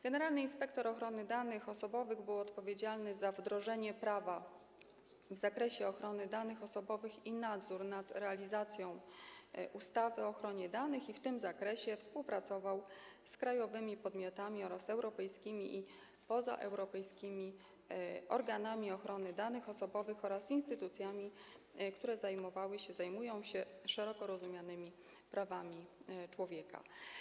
Generalny inspektor ochrony danych osobowych był odpowiedzialny za wdrożenie prawa w zakresie ochrony danych osobowych i nadzór nad realizacją ustawy o ochronie danych osobowych i w tym zakresie współpracował z krajowymi podmiotami oraz europejskimi i pozaeuropejskimi organami ochrony danych osobowych oraz instytucjami zajmującymi się szeroko rozumianymi prawami człowieka.